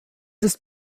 ist